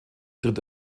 tritt